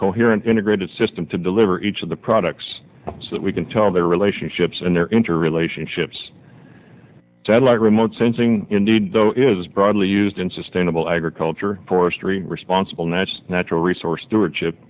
coherent integrated system to deliver each of the products so that we can tell their relationships and their interrelationships satellite remote sensing indeed though is broadly used in sustainable agriculture forestry responsible natural natural resource stewar